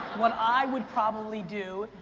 what i would probably do,